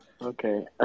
Okay